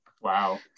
Wow